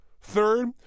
Third